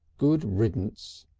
good riddance!